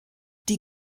die